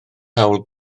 hawl